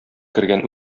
кергән